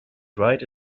right